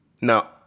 Now